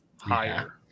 higher